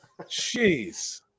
Jeez